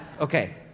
Okay